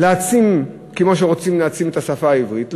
להעצים כמו שרוצים להעצים את השפה העברית,